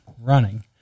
running